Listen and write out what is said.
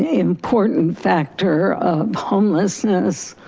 yeah important factor of homelessness,